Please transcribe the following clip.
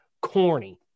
Corny